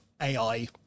AI